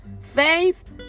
faith